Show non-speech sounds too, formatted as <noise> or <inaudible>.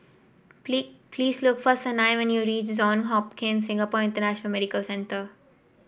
<unintelligible> please look for Sanai when you reach Johns Hopkins Singapore International Medical Centre